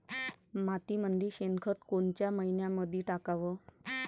मातीमंदी शेणखत कोनच्या मइन्यामंधी टाकाव?